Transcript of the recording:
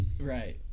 Right